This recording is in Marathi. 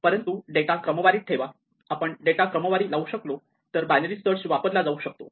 परंतु डेटा क्रमवारीत ठेवा आपण डेटा क्रमवारी लावू शकलो तर बायनरी सर्च वापरला जाऊ शकतो